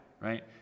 right